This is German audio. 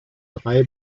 drei